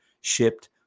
shipped